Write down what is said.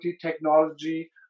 technology